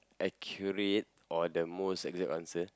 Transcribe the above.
accurate or the most exact answer